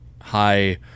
high